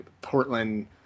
Portland